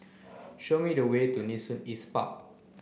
show me the way to Nee Soon East Park